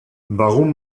warum